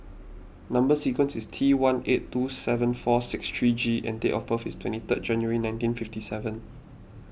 Number Sequence is T one eight two seven four six three G and date of birth is twenty third January nineteen fifty seven